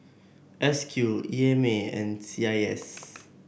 S Q E M A and C I S